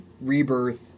rebirth